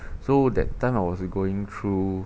so that time I was going through